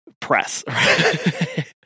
press